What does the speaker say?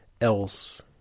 else